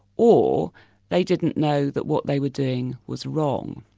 or they didn't know that what they were doing was wrong.